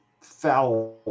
foul